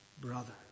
brother